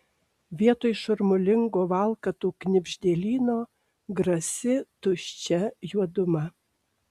vietoj šurmulingo valkatų knibždėlyno grasi tuščia juoduma